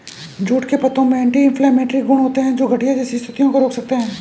jute के पत्तों में एंटी इंफ्लेमेटरी गुण होते हैं, जो गठिया जैसी स्थितियों को रोक सकते हैं